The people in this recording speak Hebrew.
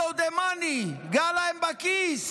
Follow the money, פגע להם בכיס,